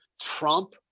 Trump